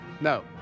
No